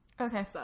Okay